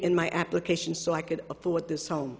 in my application so i could afford this home